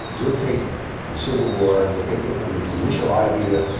we'll take the civil war, we'll take it from its initial idea,